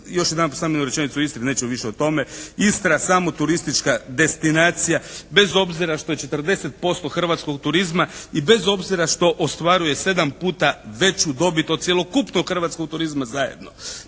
još jedanput samo jednu rečenicu o Istri, neću više o tome, Istra samo turistička destinacija bez obzira što je 40% hrvatskog turizma i bez obzira što ostvaruje 7 puta veću dobit od cjelokupnog hrvatskog turizma zajedno.